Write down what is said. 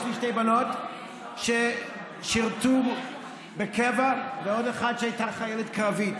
יש לי שתי בנות ששירתו בקבע ועוד אחת שהייתה חיילת קרבית.